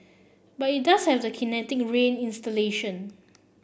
but it does have the Kinetic Rain installation